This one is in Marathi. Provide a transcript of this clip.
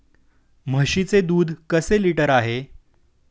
म्हशीचे दूध कसे लिटर आहे?